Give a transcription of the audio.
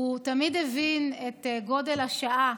הוא תמיד הבין את גודל השעה,